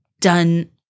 done